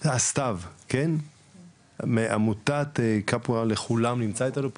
סתיו מעמותת קפוארה לכולם, נמצא איתנו פה?